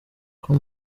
com